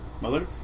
Mother